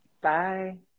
Bye